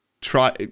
try